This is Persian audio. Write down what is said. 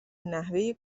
نحوه